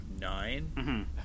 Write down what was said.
nine